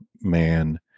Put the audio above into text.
man